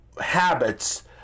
habits